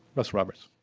russ roberts.